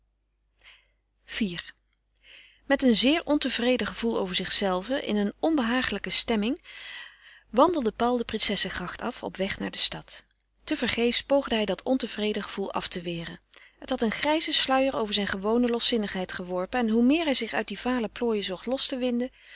iv met een zeer ontevreden gevoel over zichzelven in een onbehagelijke stemming wandelde paul de princessegracht af op weg naar de stad tevergeefs poogde hij dat ontevreden gevoel af te weren het had een grijzen sluier over zijne gewone loszinnigheid geworpen en hoe meer hij zich uit die vale plooien zocht los te winden